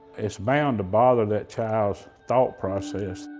it's bound to bother that child's thought process.